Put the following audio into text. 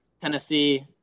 Tennessee